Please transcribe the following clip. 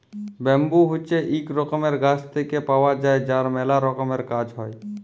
bamboo হছে ইক রকমের গাছ থেক্যে পাওয়া যায় যার ম্যালা রকমের কাজ হ্যয়